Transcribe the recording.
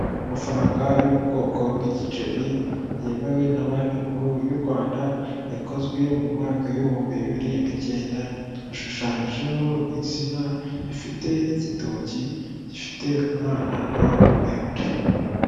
Amafaranga yo mu bwoko bw'igiceri yemewe na banki nkuru y'u Rwanda, yakozwe mu mwaka w' ibihumbi bibiri n'icyenda; ashushanyijeho insina ifite igitoki gifite umunana muremure.